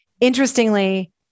interestingly